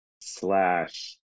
slash